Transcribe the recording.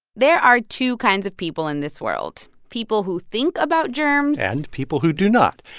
there are two kinds of people in this world people who think about germs. and people who do not.